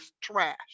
trash